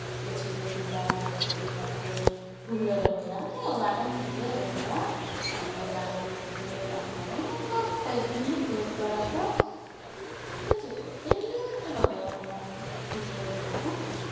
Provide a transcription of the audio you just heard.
ᱜᱟᱹᱪᱷᱤ ᱞᱮ ᱛᱩᱫᱟ ᱜᱟᱹᱪᱷᱤ ᱛᱩᱫ ᱠᱟᱛᱮ ᱦᱳᱲᱳ ᱞᱮ ᱨᱚᱦᱚᱭᱟ ᱟᱞᱮ ᱚᱲᱟᱜ ᱨᱮᱱ ᱜᱮᱞᱮ ᱨᱚᱦᱟᱭᱟ ᱟᱞᱮ ᱚᱲᱟᱜ ᱨᱮ ᱟᱨ ᱚᱱᱠᱟ ᱠᱚᱭᱮᱠ ᱡᱚᱱ ᱞᱮ ᱯᱟᱹᱴ ᱵᱟᱲᱟ ᱠᱚᱣᱟ ᱟᱫᱚ ᱡᱚᱛᱚ ᱛᱮᱜᱮᱞᱮ ᱨᱚᱦᱚᱭᱟ ᱚᱲᱟᱜ ᱨᱮ ᱦᱳᱲᱳ ᱞᱮ ᱨᱚᱦᱚᱭᱟ